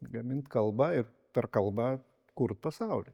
gamint kalbą ir per kalbą kurt pasaulį